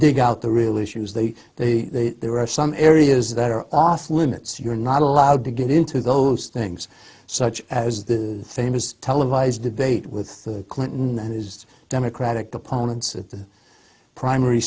dig out the real issues they they there are some areas that are off limits you're not allowed to get into those things such as the famous televised debate with the clinton and his democratic opponents at the primary